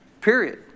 Period